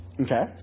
Okay